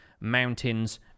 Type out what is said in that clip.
mountains